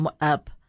up